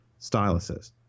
styluses